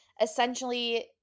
essentially